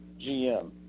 GM